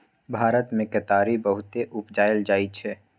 भारत मे केतारी बहुते उपजाएल जाइ छै